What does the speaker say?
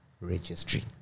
registry